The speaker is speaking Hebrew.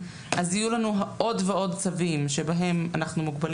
אז יהיו לנו עוד ועוד צווים שבהם אנחנו מוגבלים